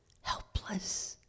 Helpless